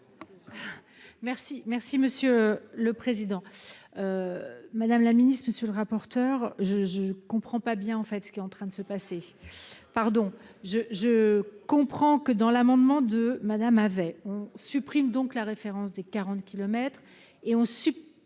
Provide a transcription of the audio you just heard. Merci, merci Monsieur le Président, Madame la Ministre, monsieur le rapporteur je je comprends pas bien en fait, ce qui est en train de se passer, pardon je je comprends que dans l'amendement de Madame avait on supprime donc la référence des 40 kilomètres